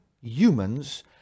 humans